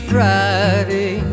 Friday